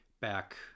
back